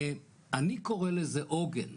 אני קורא לזה עוגן.